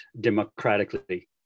democratically